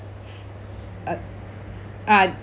uh ah